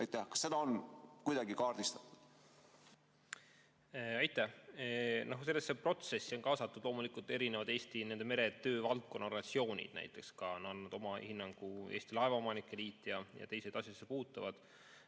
Kas seda on kuidagi kaardistatud? Aitäh! Sellesse protsessi on kaasatud loomulikult erinevad Eesti meretöövaldkonna organisatsioonid. Näiteks on andnud oma hinnangu Eesti Laevaomanike Liit ja teised asjasse puutuvad.